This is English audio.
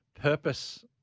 purpose